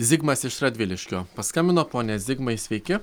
zigmas iš radviliškio paskambino pone zigmai sveiki